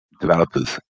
developers